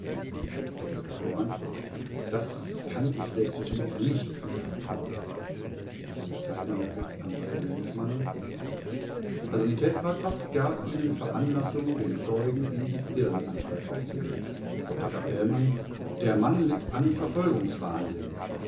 dr capellmann das kann ich selbstverständlich nicht gesagt haben vert r a lenzmann herr sanitätsrat was gab ihnen veranlassung den zeugen in die irrenanstalt aufzunehmen dr capellmann der mann litt an